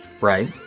Right